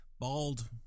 bald